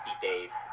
days